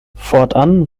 fortan